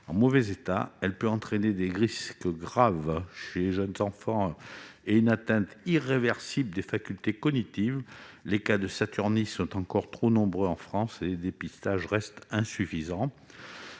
en mauvais état. Il comporte des risques graves pour les jeunes enfants et peut causer une atteinte irréversible des facultés cognitives. Les cas de saturnisme sont encore trop nombreux en France et les dépistages restent insuffisants.